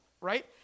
right